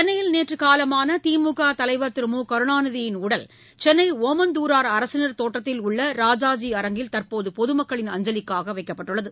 சென்னையில் நேற்று காலமான திமுக தலைவர் திரு மு கருணாநிதியின் உடல் சென்னை ஒமந்துரார் அரசினர் தோட்டத்தில் உள்ள ராஜாஜி அரங்கில் தற்போது பொதுமக்களின் அஞ்சலிக்காக வைக்கப்பட்டுள்ளது